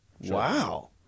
Wow